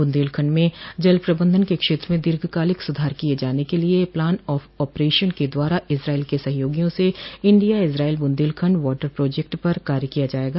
बुन्देलखंड में जल प्रबंधन के क्षेत्र में दीर्घकालिक सुधार किये जाने के लिये प्लान ऑफ ऑपरेशन के द्वारा इजरायल के सहयोगियों से India Israel Bundelkhand water project पर कार्य किया जायेगा